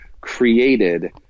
created